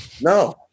No